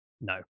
No